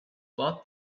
bought